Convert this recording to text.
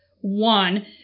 one